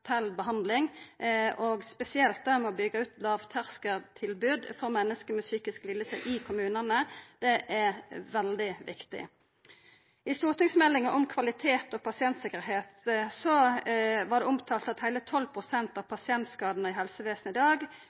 behandling, og då spesielt det med å byggja ut lågterskeltilbod for menneske med psykiske lidingar i kommunane veldig viktig. I stortingsmeldinga om kvalitet og pasienttryggleik står det at heile 12 pst. av pasientskadane i helsevesenet i dag